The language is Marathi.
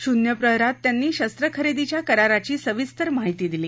शून्य प्रहारात त्यांनी शस्त्रखरेदीच्या कराराची सविस्तर माहिती दिली